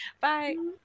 Bye